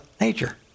nature